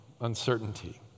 uncertainty